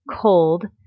cold